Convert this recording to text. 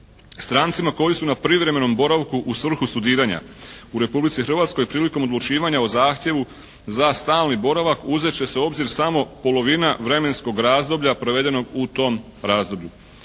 Strancima koji su na privremenom boravku u svrhu studiranja u Republici Hrvatskoj prilikom odlučivanja o zahtjevu za stalni boravak uzet će se u obzir samo polovina vremenskog razdoblja provedenog u tom razdoblju.